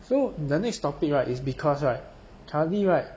so the next topic right is because right currently right